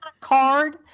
card